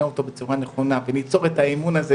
אותו בצורה נכונה וניצור את האמון הזה,